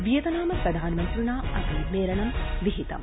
Vietnam प्रधानमन्त्रिणा मेलनं विहितम्